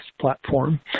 platform